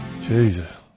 Jesus